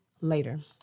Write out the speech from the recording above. later